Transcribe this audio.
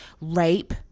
rape